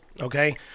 okay